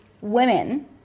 women